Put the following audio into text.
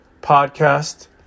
podcast